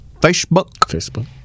Facebook